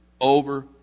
over